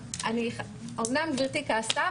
אומנם גברתי כעסה,